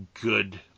good